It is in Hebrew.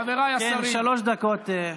חבריי השרים, שלוש דקות.